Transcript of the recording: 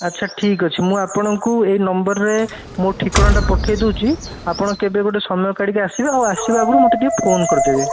ଆଚ୍ଛା ଠିକ୍ ଅଛି ମୁଁ ଆପଣଙ୍କୁ ଏଇ ନମ୍ବର୍ ରେ ମୋ ଠିକଣାଟା ପଠେଇ ଦେଉଛି ଆପଣ କେବେ ଗୋଟେ ସମୟ କାଢ଼ିକି ଆସିବେ ଆଉ ଆସିବା ଆଗରୁ ମୋତେ ଟିକିଏ ଫୋନ୍ କରିଦେବେ